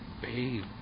babe